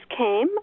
came